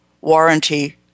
warranty